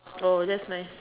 oh that's nice